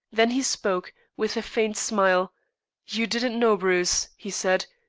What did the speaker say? then he spoke, with a faint smile you didn't know, bruce, he said,